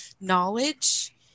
knowledge